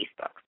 Facebook